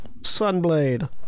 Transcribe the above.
sunblade